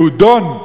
יהודון".